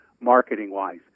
marketing-wise